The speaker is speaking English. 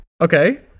Okay